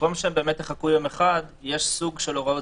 במקום שהם יחכו יום אחד יש סוג של הוראות